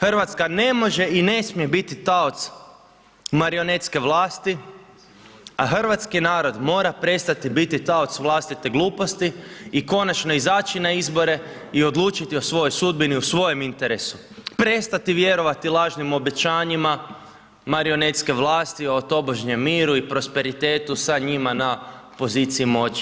Hrvatska ne može i ne smije biti taoc marionetske vlasti a hrvatski narod mora prestati biti taoc vlastite gluposti i konačno izaći na izbore i odlučiti o svojoj sudbini u svojem interesu, prestati vjerovati lažnim obećanjima marionetske vlasti o tobožem miru i prosperitetu sa njima na poziciji moći.